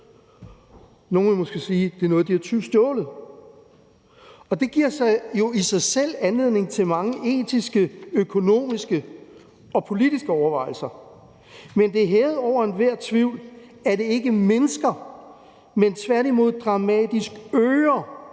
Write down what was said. Nogle vil måske sige, at det er noget, de har tyvstjålet, og det giver jo i sig selv anledning til mange etiske, økonomiske og politiske overvejelser. Men det er hævet over enhver tvivl, at det ikke mindsker, men tværtimod dramatisk øger